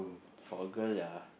for a girl ah